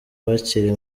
bakiri